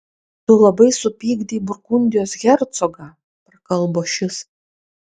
tu labai supykdei burgundijos hercogą prakalbo šis